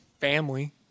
family